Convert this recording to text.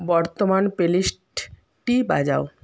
বর্তমান প্লে লিস্টটি বাজাও